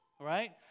Right